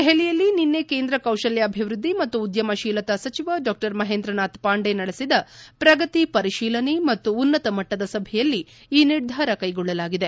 ದೆಹಲಿಯಲ್ಲಿ ನಿನ್ನೆ ಕೇಂದ್ರ ಕೌಶಲ್ಯಾಭಿವೃದ್ದಿ ಮತ್ತು ಉದ್ಯಮ ಶೀಲತಾ ಸಚಿವ ಡಾ ಮಹೇಂದ್ರನಾಥ್ ಪಾಂಡೆ ನಡೆಸಿದ ಪ್ರಗತಿ ಪರಿಶೀಲನೆ ಮತ್ತು ಉನ್ನತ ಮಟ್ಟದ ಸಭೆಯಲ್ಲಿ ಈ ನಿರ್ಧಾರ ಕ್ಲೆಗೊಳ್ಳಲಾಗಿದೆ